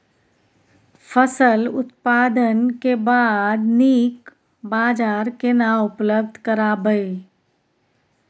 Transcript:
फसल उत्पादन के बाद नीक बाजार केना उपलब्ध कराबै?